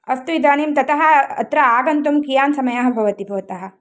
अस्तु इदानीं ततः अत्र आगन्तुं कियान् समयः भवति भवतः